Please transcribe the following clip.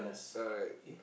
alright